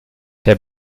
der